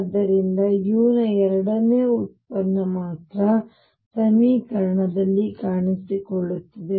ಆದ್ದರಿಂದ u ನ ಎರಡನೆಯ ಉತ್ಪನ್ನ ಮಾತ್ರ ಸಮೀಕರಣದಲ್ಲಿ ಕಾಣಿಸಿಕೊಳ್ಳುತ್ತದೆ